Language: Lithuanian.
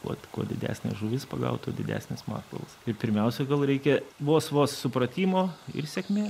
vat kuo didesnė žuvis pagauta tuo didesnis masalas tai pirmiausia gal reikia vos vos supratimo ir sėkmės